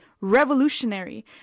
revolutionary